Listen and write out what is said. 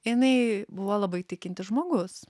jinai buvo labai tikintis žmogus